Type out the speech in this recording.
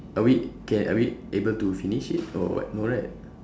are we can are we able to finish it or what no right